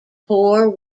poor